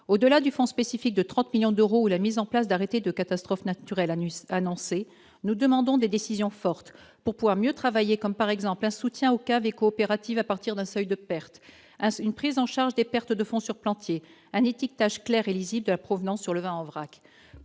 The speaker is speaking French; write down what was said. au-delà du fond spécifique de 30 millions d'euros, ou la mise en place d'arrêtés de catastrophe naturelle anus, nous demandons des décisions fortes pour pouvoir mieux travailler, comme par exemple un soutien au cas des coopératives à partir d'un seuil de perte ainsi une prise en charge des pertes de fond sur Plantier un étiquetage clair et lisible la provenance sur le vin en vrac,